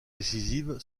décisive